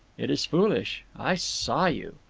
it is foolish. i saw you.